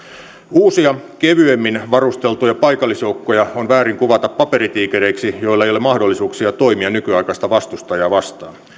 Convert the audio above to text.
uusia kevyemmin varusteltuja paikallisjoukkoja on väärin kuvata paperitiikereiksi joilla ei ole mahdollisuuksia toimia nykyaikaista vastustajaa vastaan